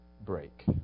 break